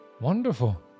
Wonderful